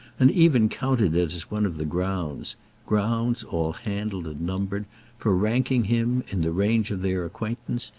and even counted it as one of the grounds grounds all handled and numbered for ranking him, in the range of their acquaintance,